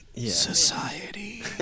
Society